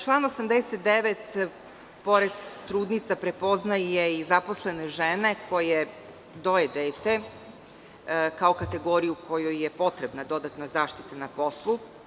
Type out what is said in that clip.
Član 89. pored trudnica prepoznaje i zaposlene žene koje doje dete kao kategoriju kojoj je potrebna dodatna zaštita na poslu.